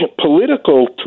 political